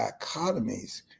dichotomies